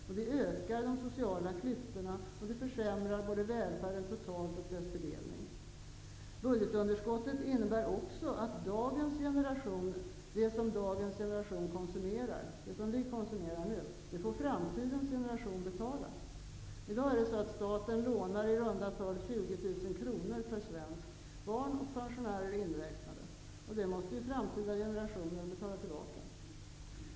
Det ökar de sociala klyftorna, och det försämrar både välfärden totalt och dess fördelning. Budgetunderskottet innebär också att det som dagens generation konsumerar, det som vi nu konsumerar, får framtidens generation betala. I dag lånar staten i runda tal 20 000 kr per svensk, barn och pensionärer inräknade. Det måste framtida generationer betala tillbaka.